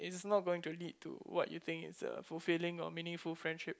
this is not going to lead to what you think is a fulfilling or meaningful friendship